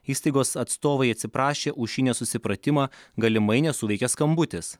įstaigos atstovai atsiprašė už šį nesusipratimą galimai nesuveikė skambutis